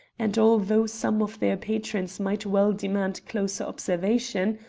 and, although some of their patrons might well demand closer observation,